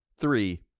Three